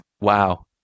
wow